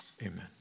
Amen